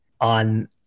on